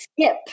skip